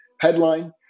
headline